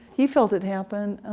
he felt it happen,